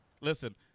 Listen